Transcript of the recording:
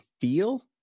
feel